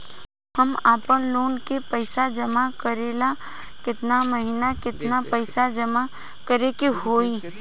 हम आपनलोन के पइसा जमा करेला केतना महीना केतना पइसा जमा करे के होई?